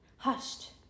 hushed